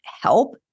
help